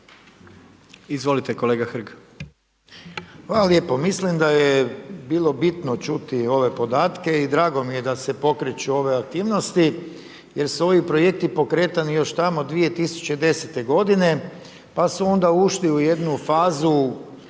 Branko (HDS)** Hvala lijepo. Mislim da je bilo bitno čuti ove podatke i drago mi je da se pokreću ove aktivnosti, jer su ovi projekti pokretani još tamo 2010. pa su onda ušli u jednu fazu